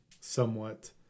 somewhat